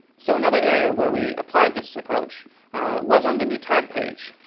so another area where we applied this approach was on the new tab page,